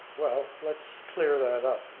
well, let's clear that up,